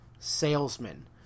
Salesman